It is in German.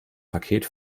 paket